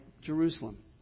Jerusalem